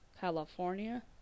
California